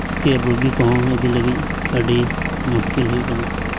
SK ᱨᱩᱜᱤ ᱠᱚᱦᱚᱸ ᱤᱫᱤ ᱞᱟᱹᱜᱤᱫ ᱟᱹᱰᱤ ᱢᱩᱥᱠᱤᱞ ᱦᱩᱭᱩᱜ ᱠᱟᱱᱟ